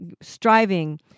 striving